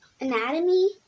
anatomy